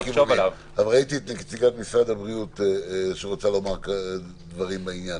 ראיתי שנציגת משרד הבריאות רוצה לומר דברים בעניין.